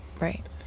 Right